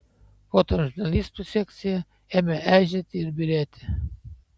fotožurnalistų sekcija ėmė eižėti ir byrėti